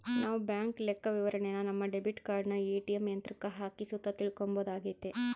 ನಾವು ಬ್ಯಾಂಕ್ ಲೆಕ್ಕವಿವರಣೆನ ನಮ್ಮ ಡೆಬಿಟ್ ಕಾರ್ಡನ ಏ.ಟಿ.ಎಮ್ ಯಂತ್ರುಕ್ಕ ಹಾಕಿ ಸುತ ತಿಳ್ಕಂಬೋದಾಗೆತೆ